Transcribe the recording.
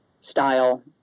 style